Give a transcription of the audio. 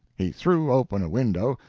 he threw open a window,